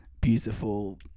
beautiful